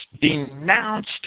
denounced